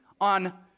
on